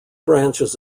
branches